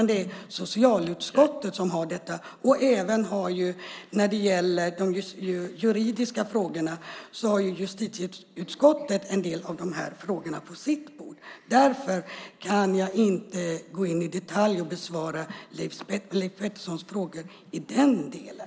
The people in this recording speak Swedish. Det är socialutskottet som har hand om den. När det gäller de juridiska frågorna har justitieutskottet en del av dem på sitt bord. Därför kan jag inte gå in i detalj och besvara Leif Petterssons frågor i den delen.